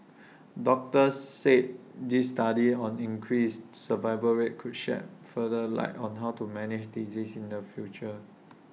doctors said this study on increased survival rate could shed further light on how to manage the disease in future